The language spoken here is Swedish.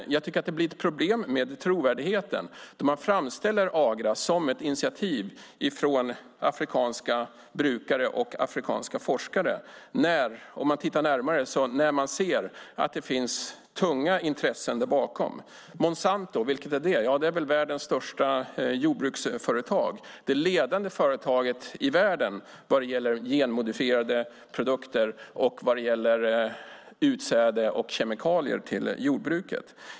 Däremot tycker jag att det blir problem med trovärdigheten om man framställer Agra som ett initiativ från afrikanska brukare och afrikanska forskare när det vid en närmare granskning visar sig att det finns tunga intressen bakom. Vad är Monsanto? Jo, världens största jordbruksföretag, det ledande företaget i världen vad gäller genmodifierade produkter samt utsäde och kemikalier till jordbruket.